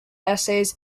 essays